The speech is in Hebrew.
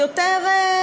היא יותר מין,